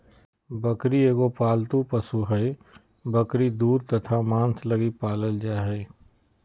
बकरी एगो पालतू पशु हइ, बकरी दूध तथा मांस लगी पालल जा हइ